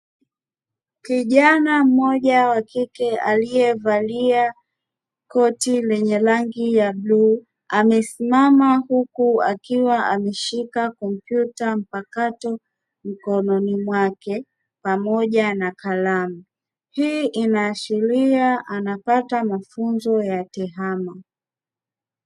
Kijana mmoja wa kike; aliyevalia koti lenye rangi ya bluu, amesimama huku akiwa ameshika kompyuta mpakato mkononi mwake pamoja na kalamu. Hii inaashiria anapata mafunzo ya tehama.